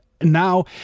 Now